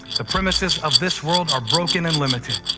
the premises of this world are broken and limited,